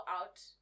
out